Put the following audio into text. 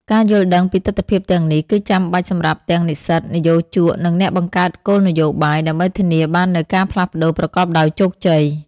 ការយល់ដឹងពីទិដ្ឋភាពទាំងនេះ គឺចាំបាច់សម្រាប់ទាំងនិស្សិត និយោជក និងអ្នកបង្កើតគោលនយោបាយ ដើម្បីធានាបាននូវការផ្លាស់ប្តូរប្រកបដោយជោគជ័យ។